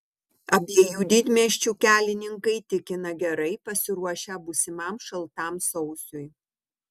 abiejų didmiesčių kelininkai tikina gerai pasiruošę būsimam šaltam sausiui